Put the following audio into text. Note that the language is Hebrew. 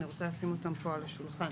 אני רוצה לשים אותן פה על השולחן.